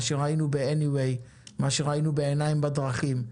מה שראינו ב-ANYWAY, מה שראינו ב"עיניים בדרכים".